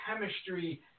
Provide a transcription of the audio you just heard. chemistry